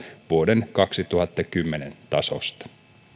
vuoden kaksituhattakymmenen tasosta